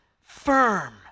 firm